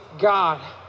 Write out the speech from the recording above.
God